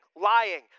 lying